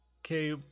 Okay